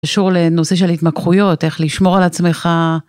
קשור לנושא של התמקחויות, איך לשמור על עצמך.